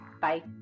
bye